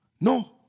no